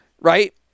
right